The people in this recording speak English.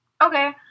Okay